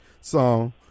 song